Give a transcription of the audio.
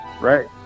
Right